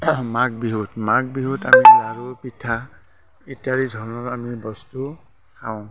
মাঘ বিহুত মাঘ বিহুত আমি লাড়ু পিঠা ইত্যাদি ধৰণৰ আমি বস্তু খাওঁ